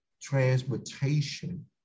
transportation